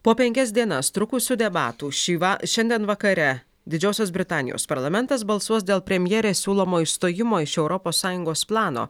po penkias dienas trukusių debatų šį va šiandien vakare didžiosios britanijos parlamentas balsuos dėl premjerės siūlomo išstojimo iš europos sąjungos plano